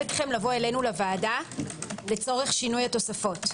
אתכם לבוא אלינו לוועדה לצורך שינוי התוספות.